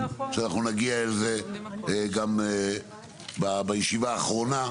שאנחנו נגיע לזה גם בישיבה האחרונה,